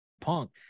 Punk